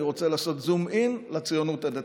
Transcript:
אני רוצה לעשות זום-אין לציונות הדתית,